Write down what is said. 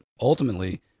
Ultimately